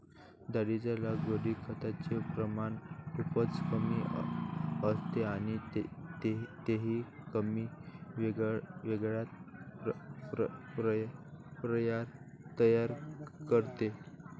डाळींच्या लागवडीत खताचे प्रमाण खूपच कमी असते आणि तेही कमी वेळात तयार होते